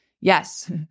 Yes